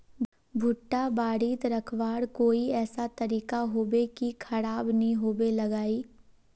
भुट्टा बारित रखवार कोई ऐसा तरीका होबे की खराब नि होबे लगाई?